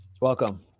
Welcome